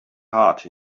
heart